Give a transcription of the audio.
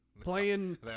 playing